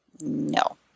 No